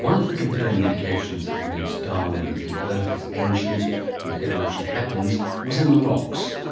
one of the compelling indications that convinced darwin that the earth is ancient and evolution happens was in the rocks.